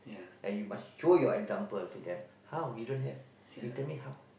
and you must show your example to them how you don't have you tell me how